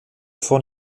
von